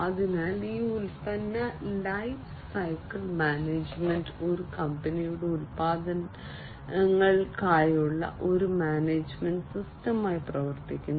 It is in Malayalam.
അതിനാൽ ഈ ഉൽപ്പന്ന ലൈഫ് സൈക്കിൾ മാനേജ്മെന്റ് ഒരു കമ്പനിയുടെ ഉൽപ്പന്നങ്ങൾക്കായുള്ള ഒരു മാനേജ്മെന്റ് സിസ്റ്റമായി പ്രവർത്തിക്കുന്നു